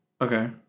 Okay